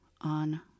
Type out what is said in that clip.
on